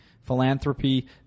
philanthropy